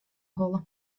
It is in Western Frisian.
holle